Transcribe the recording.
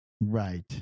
Right